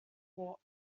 port